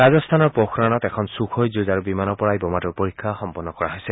ৰাজস্থানৰ পোখৰাণত এখন ছুখয় যুঁজাৰু বিমানৰ পৰা এই বোমাটোৰ পৰীক্ষা সম্পন্ন কৰা হৈছে